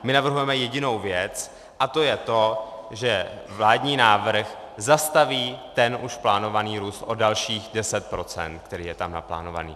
My navrhujeme jedinou věc, a to je to, že vládní návrh zastaví ten už plánovaný růst o dalších 10 %, který je tam naplánovaný.